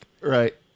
Right